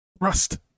Rust